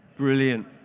brilliant